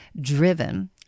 driven